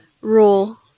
rule